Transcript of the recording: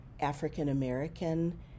African-American